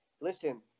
listen